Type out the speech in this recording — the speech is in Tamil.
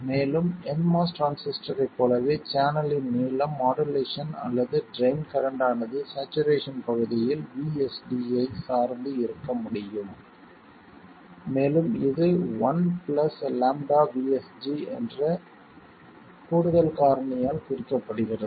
மேலும் nMOS டிரான்சிஸ்டரைப் போலவே சேனலின் நீளம் மாடுலேஷன் அல்லது ட்ரைன் கரண்ட் ஆனது சாச்சுரேஷன் பகுதியில் VSD ஐ சார்ந்து இருக்க முடியும் மேலும் இது 1 λ VSD என்ற கூடுதல் காரணியால் குறிக்கப்படுகிறது